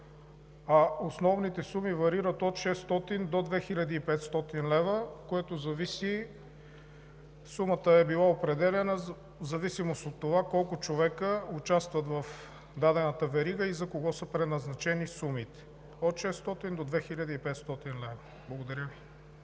Основните суми варират от 600 до 2500 лв. Сумата е била определяна в зависимост от това колко човека участват в дадената верига и за кого са предназначени сумите – от 600 до 2500 лв. Благодаря.